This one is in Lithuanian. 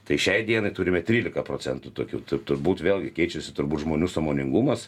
tai šiai dienai turime trylika procentų tokių turbūt vėlgi keičiasi turbūt žmonių sąmoningumas